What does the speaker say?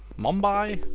mumbai.